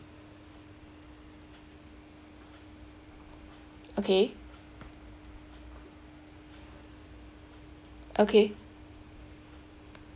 okay okay